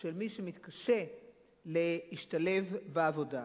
של מי שמתקשה להשתלב בעבודה.